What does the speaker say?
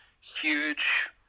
huge